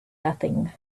nothing